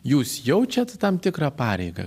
jūs jaučiat tam tikrą pareigą